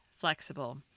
flexible